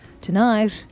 Tonight